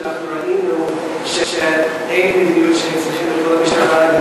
אלא במדיניות שראינו שאי-אפשר לקרוא למשטרה.